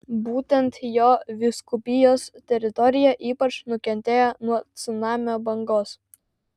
būtent jo vyskupijos teritorija ypač nukentėjo nuo cunamio bangos